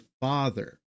father